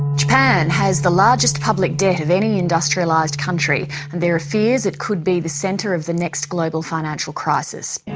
japan has the largest public debt of any industrialised country and there are fears it could be the centre of the next global financial crisis.